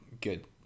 good